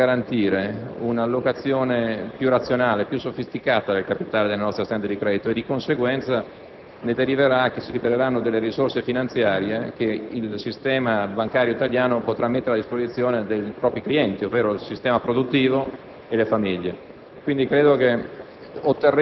Con Basilea 2 credo che potremo garantire un'allocazione più razionale e più sofisticata del capitale delle nostre aziende di credito. Di conseguenza, si libereranno delle risorse finanziarie che il sistema bancario italiano potrà mettere a disposizione dei propri clienti, ovvero il sistema produttivo